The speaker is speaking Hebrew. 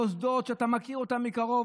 מוסדות שאתה מכיר מקרוב,